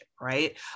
right